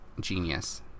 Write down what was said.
genius